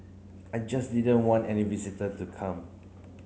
I just didn't want any visitor to come